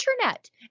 internet